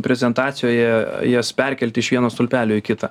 prezentacijoje jas perkelti iš vieno stulpelio į kitą